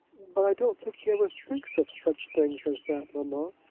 but i don't think he ever thinks of such things as that, mamma.